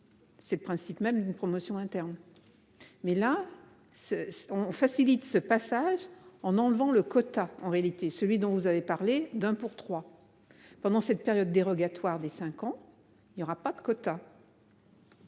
C'est le principe même d'une promotion interne. Mais là ce qu'on facilite ce passage en enlevant le quota en réalité celui dont vous avez parlé d'un pour trois. Pendant cette période dérogatoire des 5 ans. Il n'y aura pas de quotas.